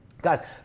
Guys